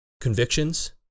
convictions